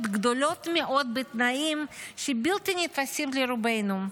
גדולות מאוד בתנאים שבלתי נתפסים לרובנו.